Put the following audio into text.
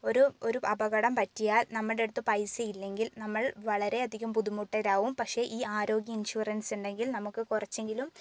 ഒരു ഒരു അപകടം പറ്റിയാൽ നമ്മടടുത്ത് പൈസ ഇല്ലെങ്കിൽ നമ്മൾ വളരെ അധികം ബുദ്ധിമുട്ടിലാവും പക്ഷേ ഈ ആരോഗ്യ ഇൻഷുറൻസ് ഉണ്ടെങ്കിൽ നമുക്ക് കുറച്ചെങ്കിലും